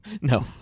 No